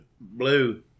blue